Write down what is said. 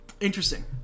Interesting